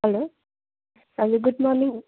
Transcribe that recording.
हलो हजुर good morning